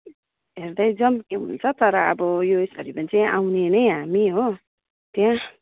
हेर्दै जाऊँ के हुन्छ तर अब यो आउने नै हामी हो त्यहाँ